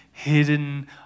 hidden